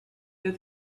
that